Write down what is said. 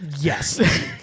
Yes